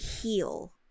heal